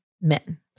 men